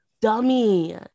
dummy